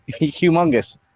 humongous